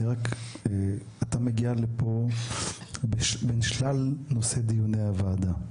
רק, אתה מגיע לפה בין שלל נושאי דיוני הוועדה.